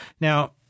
Now